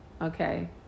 okay